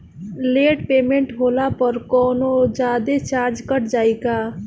Late payment होला पर कौनोजादे चार्ज कट जायी का?